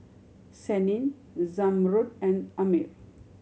Senin Zamrud and Ammir